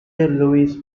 luis